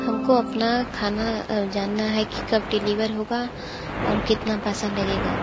हमको अपना खाना जानना है कि कब डिलीवर होगा और कितना पैसा लगेगा